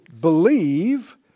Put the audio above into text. believe